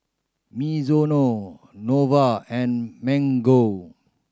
Mizuno Nova and Mango